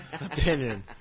opinion